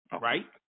Right